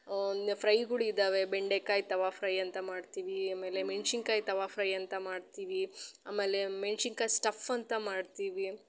ಇನ್ನು ಫ್ರೈಗಳ್ ಇದ್ದಾವೆ ಬೆಂಡೆಕಾಯಿ ತವಾ ಫ್ರೈ ಅಂತ ಮಾಡ್ತೀವಿ ಆಮೇಲೆ ಮೆಣ್ಶಿನ್ಕಾಯಿ ತವಾ ಫ್ರೈ ಅಂತ ಮಾಡ್ತೀವಿ ಆಮೇಲೆ ಮೆಣ್ಶಿನ್ಕಾಯಿ ಸ್ಟಫ್ ಅಂತ ಮಾಡ್ತೀವಿ